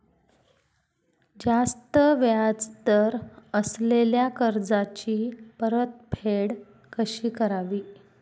जास्त व्याज दर असलेल्या कर्जाची परतफेड कशी करावी?